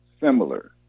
similar